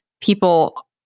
people